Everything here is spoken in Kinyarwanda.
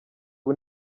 ubu